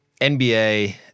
NBA